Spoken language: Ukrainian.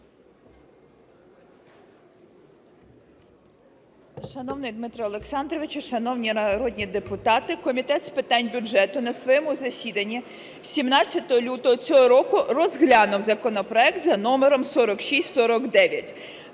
Шановний Дмитро Олександровичу, шановні народні депутати, Комітет з питань бюджету на своєму засіданні 17 лютого цього року розглянув законопроект (за номером 4649).